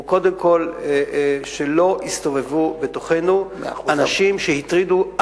הוא קודם כול שלא יסתובבו בתוכנו אנשים שהטרידו,